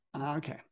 Okay